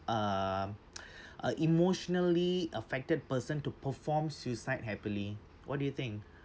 um a emotionally affected person to perform suicide happily what do you think